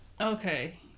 Okay